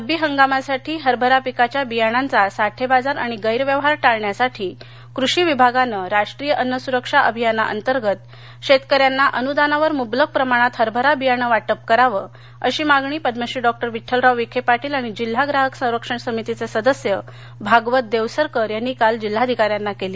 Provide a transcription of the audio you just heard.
रब्बी हंगामासाठी हरभरा पीकाच्या बियाणांचा सोठेबाजार आणि गैरव्यवहार टाळण्यासाठी कृषी विभागाने राष्ट्रीय अन्नसूरक्षा अभियानांतर्गत शेतकऱ्यांना अनुदानावर मुबलक प्रमाणात हरभरा बियाणे वाटप करावं अशा मागणी पद्मश्री डॉक्टर विठ्ठलराव विखे पाटील आणि जिल्हा ग्राहक संरक्षण समितीचे सदस्य भागवत देवसरकर यांनी काल जिल्हाधिकारी यांना केली